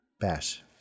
Bash